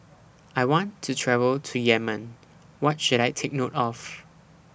I want to travel to Yemen What should I Take note of